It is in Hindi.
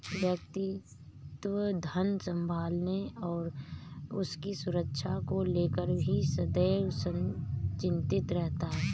व्यक्ति धन संभालने और उसकी सुरक्षा को लेकर ही सदैव चिंतित रहता है